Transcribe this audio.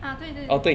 ah 对对对